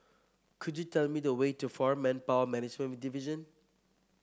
could you tell me the way to Foreign Manpower Management Division